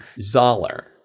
Zoller